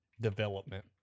development